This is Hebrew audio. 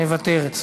מוותרת.